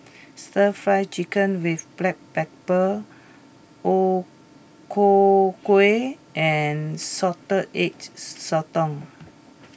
Stir Fry Chicken with Black Pepper O Ku Kueh and Salted Egg Sotong